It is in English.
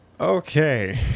okay